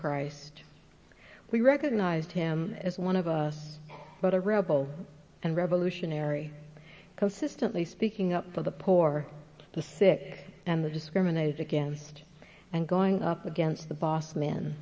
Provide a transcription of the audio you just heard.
christ we recognized him as one of us but a rebel and revolutionary co system please speaking up for the poor the sick and the discriminated against and going up against the boss man